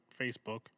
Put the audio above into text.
Facebook